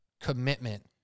commitment